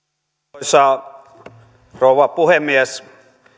arvoisa rouva puhemies